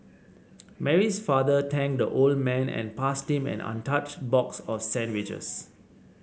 Mary's father thanked the old man and passed him an untouched box of sandwiches